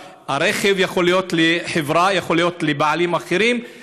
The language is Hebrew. הרכב יכול להיות של חברה ויכול להיות של בעלים אחרים,